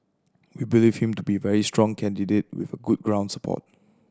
we believe him to be very strong candidate with good ground support